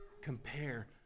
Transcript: compare